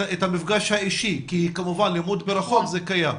המפגש האישי כי כמובן לימוד מרחוק קיים.